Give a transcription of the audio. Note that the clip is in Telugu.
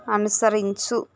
అనుసరించు